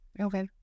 okay